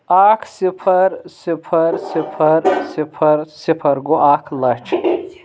اکھ صِفر صِفر صِفر صِفر صِفر گوٚو اکھ لَچھ